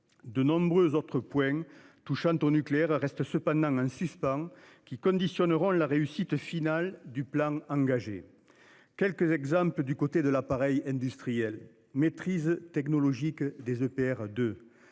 De nombreux autres points touchant au nucléaire reste cependant en suspens qui conditionneront la réussite finale du plan engagé. Quelques exemples du côté de l'appareil industriel maîtrise technologique des EPR de